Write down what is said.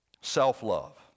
Self-love